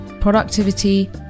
productivity